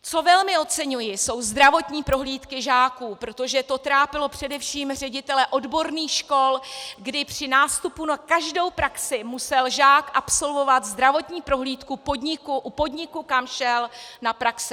Co velmi oceňuji, jsou zdravotní prohlídky žáků, protože to trápilo především ředitele odborných škol, kdy při nástupu na každou praxi musel žák absolvovat zdravotní prohlídku u podniku, kam šel na praxi.